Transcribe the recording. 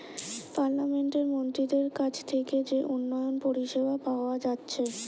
পার্লামেন্টের মন্ত্রীদের কাছ থিকে যে উন্নয়ন পরিষেবা পাওয়া যাচ্ছে